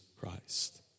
Christ